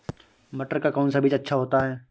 मटर का कौन सा बीज अच्छा होता हैं?